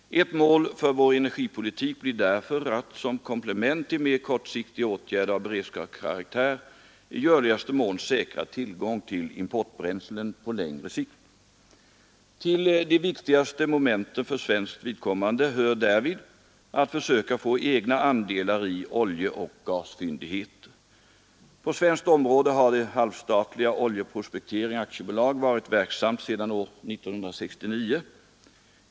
Ett mål för vår energipolitik blir därför att — som komplement till mer kortsiktiga åtgärder av beredskapskaraktär — i möjligaste mån säkra tillgång till importbränslen på längre sikt. Till de viktigaste momenten för svenskt vidkommande hör därvid att försöka få egna andelar i oljeoch gasfyndigheter. På svenskt område har det halvstatliga Oljeprospektering AB varit verksamt sedan år 1969.